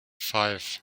five